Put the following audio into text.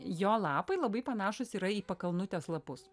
jo lapai labai panašūs yra į pakalnutės lapus